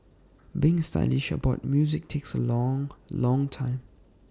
being stylish about music takes A long long time